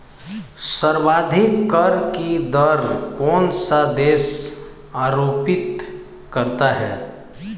सर्वाधिक कर की दर कौन सा देश आरोपित करता है?